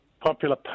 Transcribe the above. popular